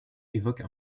évoque